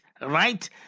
right